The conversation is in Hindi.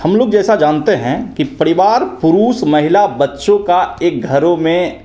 हम लोग जैसा जानते हैं कि परिवार पुरुष महिला बच्चों का एक घरों में